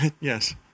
Yes